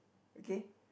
okay